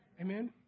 Amen